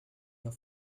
your